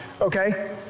okay